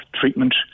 treatment